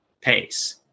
pace